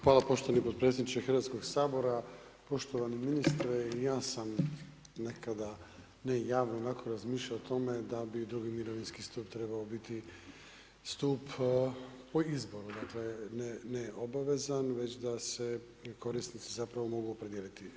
Hvala poštovani potpredsjedniče Hrvatskoga sabora, poštovani ministre, ja sam nekada ne javno onako razmišljao o tome da bi II. mirovinski stup trebao biti stup o izboru, dakle, ne obvezan već da se korisnici zapravo mogu opredijeliti.